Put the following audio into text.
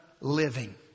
living